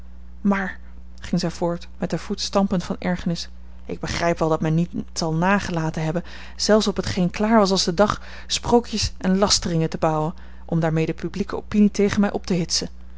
maar ging zij voort met den voet stampend van ergernis ik begrijp wel dat men niet zal nagelaten hebben zelfs op hetgeen klaar was als de dag sprookjes en lasteringen te bouwen om daarmee de publieke opinie tegen mij op te hitsen